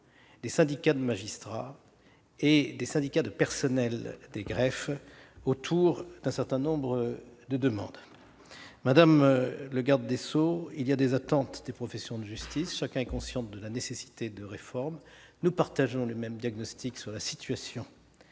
des syndicats de magistrats et des syndicats de personnels des greffes autour d'un certain nombre de demandes. Madame la garde des sceaux, les professions de justice ont des attentes. Chacun est conscient de la nécessité de réformer. Nous partageons le même diagnostic sur la situation